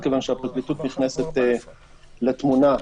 וזה יכול להיות נכון כיוון שבתי המשפט לא מפנים במישרין לסעיף